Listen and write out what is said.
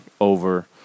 over